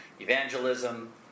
evangelism